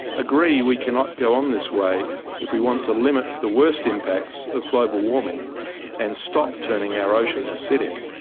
agree we cannot go on this way if we want to limit the worst impacts of global warming and stop turning our oceans acidic.